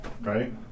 Right